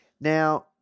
Now